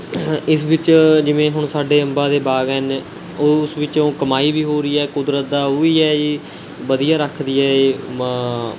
ਇਸ ਵਿੱਚ ਜਿਵੇਂ ਹੁਣ ਸਾਡੇ ਅੰਬਾਂ ਦੇ ਬਾਗ਼ ਹੈ ਇੰਨੇ ਉਹ ਉਸ ਵਿੱਚੋਂ ਕਮਾਈ ਵੀ ਹੋ ਰਹੀ ਹੈ ਕੁਦਰਤ ਦਾ ਉਹ ਵੀ ਹੈ ਜੀ ਵਧੀਆ ਰੱਖਦੀ ਹੈ ਇਹ